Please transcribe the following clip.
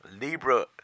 Libra